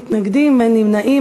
זכאות לתגמולים לפי החלטה מינהלית),